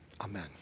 Amen